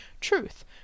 Truth